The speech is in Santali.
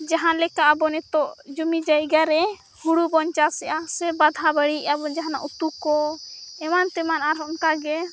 ᱡᱟᱦᱟᱸᱞᱮᱠᱟ ᱟᱵᱚ ᱱᱤᱛᱚᱜ ᱡᱩᱢᱤᱼᱡᱟᱭᱜᱟᱨᱮ ᱦᱩᱲᱩᱵᱚᱱ ᱪᱟᱥᱮᱫᱼᱟ ᱥᱮ ᱵᱟᱫᱷᱟ ᱵᱟᱹᱲᱤᱭᱮ ᱟᱵᱚ ᱡᱟᱦᱟᱱᱟᱜ ᱩᱛᱩᱠᱚ ᱮᱢᱟᱱ ᱛᱮᱢᱟᱱ ᱟᱨᱦᱚᱸ ᱚᱱᱠᱟᱜᱮ